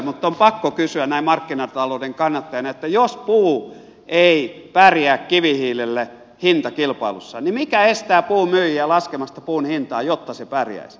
mutta on pakko kysyä näin markkinatalouden kannattajana että jos puu ei pärjää kivihiilelle hintakilpailussa niin mikä estää puun myyjiä laskemasta puun hintaa jotta se pärjäisi